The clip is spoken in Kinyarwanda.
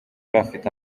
bafite